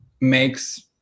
makes